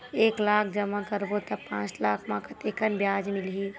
एक लाख जमा करबो त पांच साल म कतेकन ब्याज मिलही?